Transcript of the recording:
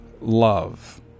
love